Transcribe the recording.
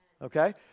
Okay